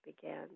began